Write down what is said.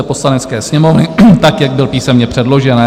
Poslanecké sněmovny tak, jak byl písemně předložen.